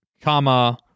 comma